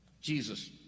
Jesus